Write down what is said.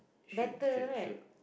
better right